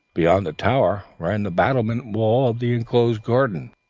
beyond the tower ran the battlemented wall of the enclosed garden,